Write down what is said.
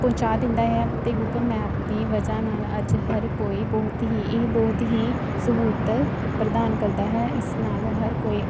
ਪਹੁੰਚਾ ਦਿੰਦਾ ਹੈ ਅਤੇ ਗੂਗਲ ਮੈਪ ਦੀ ਵਜ੍ਹਾ ਨਾਲ ਅੱਜ ਹਰ ਕੋਈ ਬਹੁਤ ਹੀ ਇਹ ਬਹੁਤ ਹੀ ਸਹੂਲਤ ਪ੍ਰਦਾਨ ਕਰਦਾ ਹੈ ਇਸ ਨਾਲ ਹਰ ਕੋਈ